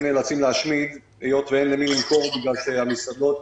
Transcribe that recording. נאלצים להשמיד היות ואין למי למכור בגלל שהמסעדות,